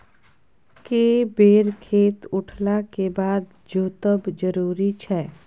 के बेर खेत उठला के बाद जोतब जरूरी छै?